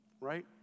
right